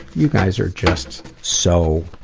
you guys are just so